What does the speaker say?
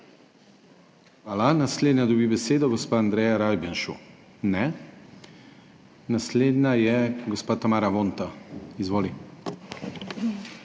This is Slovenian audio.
Hvala. Naslednja dobi besedo gospa Andreja Rajbenšu. Ne? Naslednja je gospa Tamara Vonta. Izvoli.